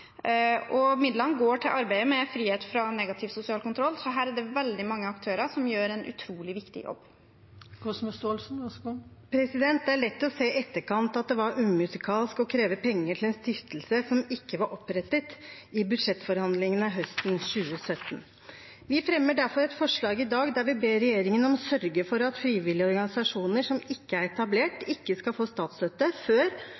og midlene går til arbeidet med frihet fra negativ sosial kontroll, så her er det veldig mange aktører som gjør en utrolig viktig jobb. Det er lett å se i etterkant at det var umusikalsk å kreve penger til en stiftelse som ikke var opprettet, i budsjettforhandlingene høsten 2017. Vi fremmer derfor et forslag i dag der vi ber regjeringen om å sørge for at frivillige organisasjoner som ikke er etablert, ikke skal få statsstøtte før